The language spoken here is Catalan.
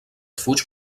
fuig